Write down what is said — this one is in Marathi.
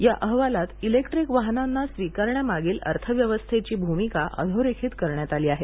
या अहवालात इलेक्ट्रिक वाहनांना स्वीकारण्यामागील अर्थव्यवस्थेची भूमिका अधोरेखित करण्यात आली आहे